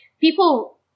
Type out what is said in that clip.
people